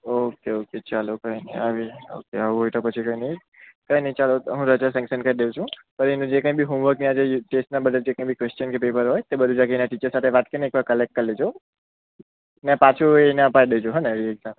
okay okay ચાલો કાઈ નહીં હવે આવું એટલે પછી કઈ નહીં ઓકે ચાલો હું રજા સેન્સન કરી દઉં છું પણ એનું જે કાઈ બી હોમવર્ક આ જે ટેસ્ટના બધા જે કાંઈ બી ક્વેશન કે પેપર હોય તે બધું જ કે તેના ટીચર સાથે વાત કરીને એકવાર કલેક્ટ કરી લેજો ને પાછું એ ના પાડી દેજો હો ને એ રીતના